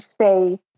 say